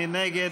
מי נגד?